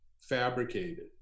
fabricated